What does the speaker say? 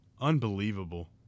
Unbelievable